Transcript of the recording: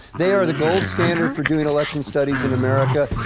they are the gold standard for doing election studies in america.